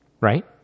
right